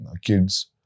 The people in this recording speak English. kids